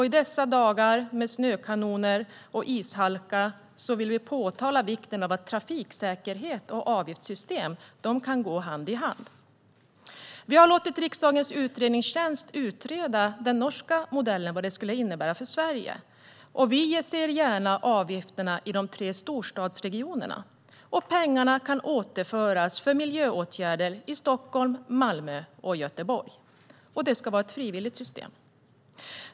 I dessa dagar med snökanoner och ishalka vill vi framhålla vikten av att trafiksäkerhet och avgiftssystem kan gå hand i hand. Vi har låtit riksdagens utredningstjänst utreda vad den norska modellen skulle innebära för Sverige. Vi ser gärna avgifter i de tre storstadsregionerna. Pengarna kan återföras för miljöåtgärder i Stockholm, Malmö och Göteborg. Det ska vara ett frivilligt system.